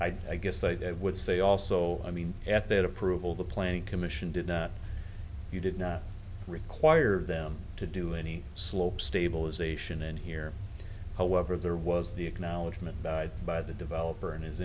occurred i guess i would say also i mean at that approval the planning commission did not you did not require them to do any slope stabilization and here however there was the acknowledgement by the developer and his